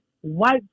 White